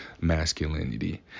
masculinity